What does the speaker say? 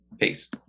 Peace